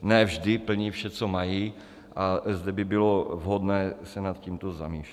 Ne vždy plní vše, co mají, a zde by bylo vhodné se nad tímto zamyslet.